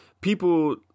people